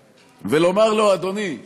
אדוני,